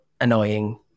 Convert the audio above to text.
annoying